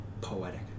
poetic